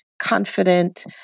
confident